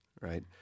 right